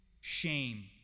shame